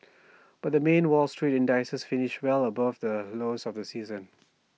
but the main wall street indices finished well above the lows of the season